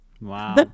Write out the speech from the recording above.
wow